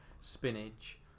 Spinach